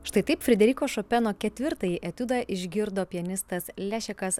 štai taip frederiko šopeno ketvirtąjį etiudą išgirdo pianistas lešekas